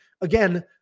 Again